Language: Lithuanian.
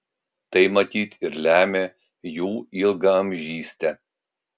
tai matyt ir lemia jų ilgaamžystę